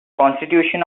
constitution